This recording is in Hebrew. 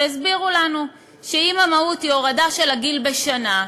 הסבירו לנו שאם המהות היא הורדה של הגיל בשנה,